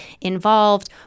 involved